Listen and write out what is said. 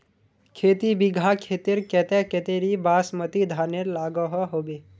खेती बिगहा खेतेर केते कतेरी बासमती धानेर लागोहो होबे?